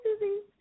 Susie